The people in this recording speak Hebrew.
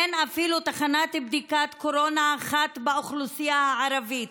אין אפילו תחנת בדיקת קורונה אחת באוכלוסייה הערבית.